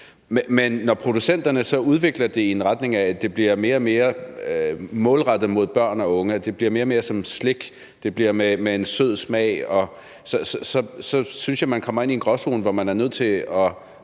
Men når producenterne så udvikler det i retning af, at det bliver mere og mere målrettet mod børn og unge, at det bliver mere og mere som slik, at det bliver med en sød smag, så synes jeg, at man kommer ind i en gråzone, hvor man er nødt til at